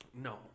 No